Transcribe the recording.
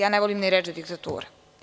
Ja ne volim ni reč diktatura.